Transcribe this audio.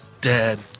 dead